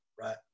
Right